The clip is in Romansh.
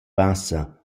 bassa